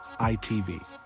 ITV